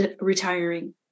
retiring